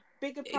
Bigger